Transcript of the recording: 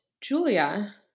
Julia